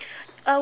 uh